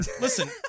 listen